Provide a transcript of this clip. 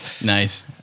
nice